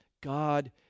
God